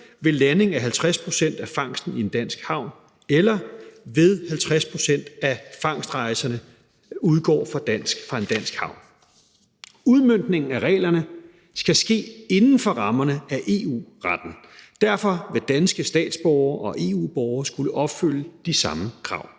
ved landing af 50 pct. af fangsten i en dansk havn, eller ved at 50 pct. af fangstrejserne udgår fra en dansk havn. Udmøntningen af reglerne skal ske inden for rammerne af EU-retten. Derfor vil danske statsborgere og EU-borgere skulle opfylde de samme krav.